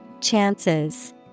Chances